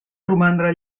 romandre